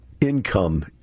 income